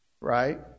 right